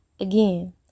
Again